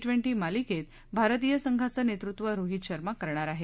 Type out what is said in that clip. twenty मालिकेत भारतीय संघाचं नेतृत्व रोहीत शर्मा करणार आहे